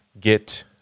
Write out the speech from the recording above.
get